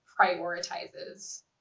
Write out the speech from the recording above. prioritizes